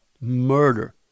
murder